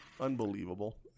Unbelievable